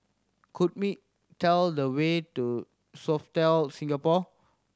could me tell me the way to Sofitel Singapore